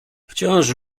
wciąż